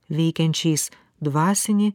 veikiančiais dvasinį